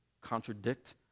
contradict